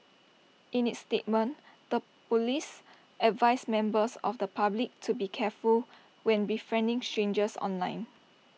in its statement the Police advised members of the public to be careful when befriending strangers online